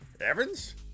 Evans